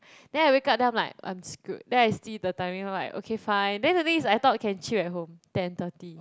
then I wake up then I'm like I'm screwed then I see the timing like okay fine then I think the thing is I thought can chill at home ten thirty